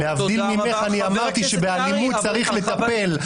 להבדיל ממך אני אמרתי שבאלימות צריך לטפל,